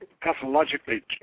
pathologically